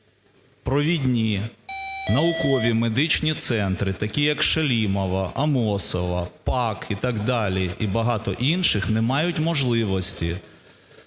Провідні наукові медичні центри такі як Шалімова, Амосова, ПАГ і так далі і багато інших не мають можливості…